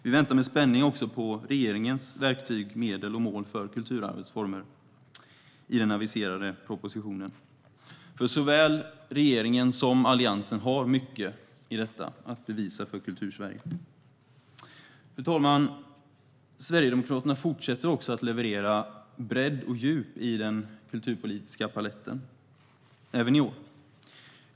Vi väntar också med spänning på regeringens verktyg, medel och mål för kulturarvets former i den aviserade propositionen. Såväl regeringen som Alliansen har nämligen mycket att bevisa för Kultursverige. Fru talman! Sverigedemokraterna fortsätter att leverera bredd och djup i den kulturpolitiska paletten, även i år.